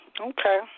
Okay